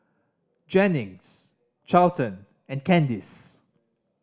Jennings Charlton and Candyce